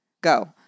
Go